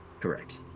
Correct